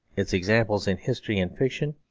its examples in history and fiction,